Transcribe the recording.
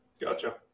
gotcha